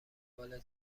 والیبال